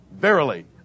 verily